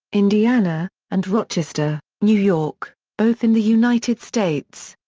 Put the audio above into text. indiana, and rochester, new york, both in the united states.